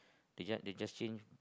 they just they just change